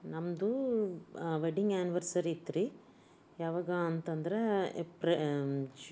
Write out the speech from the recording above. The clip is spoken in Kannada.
ನಮ್ಮದು ವೆಡ್ಡಿಂಗ್ ಆ್ಯನಿವರ್ಸರಿ ಇತ್ತು ರೀ ಯಾವಾಗ ಅಂತಂದ್ರೆ ಏಪ್ರಿ ಜು